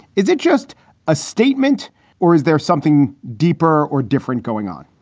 is it just a statement or is there something deeper or different going on?